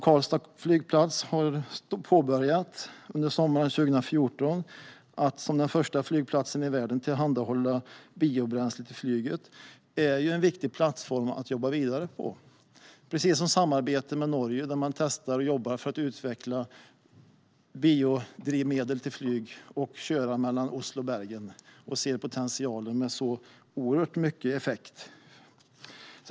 Karlstads flygplats påbörjade ett arbete under sommaren 2014 för att som den första flygplatsen i världen tillhandahålla biobränsle för flyget. Det är en viktig plattform att jobba vidare utifrån. Man har också ett samarbete med Norge där man testar och jobbar för att utveckla biodrivmedel till flyg och trafikera mellan Oslo och Bergen. Det finns potential för en oerhört stor effekt.